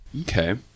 Okay